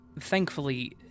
Thankfully